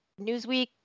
Newsweek